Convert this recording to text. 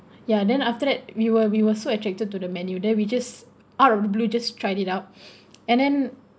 ya then after that we were we were so attracted to the menu then we just out of the blue just tried it out and then